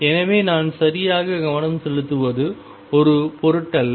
எனவே நான் சரியாக கவனம் செலுத்துவது ஒரு பொருட்டல்ல